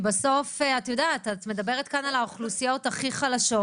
את מדברת כאן על האוכלוסיות הכי חלשות.